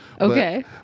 Okay